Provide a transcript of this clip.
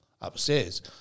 upstairs